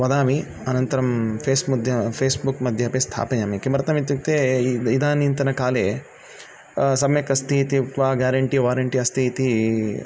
वदामि अनन्तरं फेस् मध्ये फ़ेस्बुक् मध्ये अपि स्थापयामि किमर्थम् इत्युक्ते इदानीन्तनकाले सम्यक् अस्ति इति उक्त्वा गेरेण्टी वारेण्टी अस्ति इति